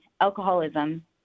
alcoholism